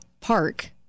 Park